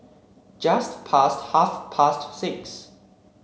just past half past six